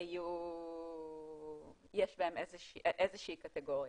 יש בהם איזה שהיא קטגוריה.